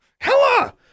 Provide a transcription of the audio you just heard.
Hella